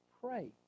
pray